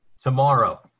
Tomorrow